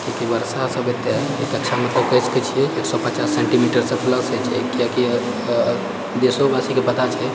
एक सए पचास सेंटीमीटरसँ प्लस होइत छै किआकि देशोवासीके पता छै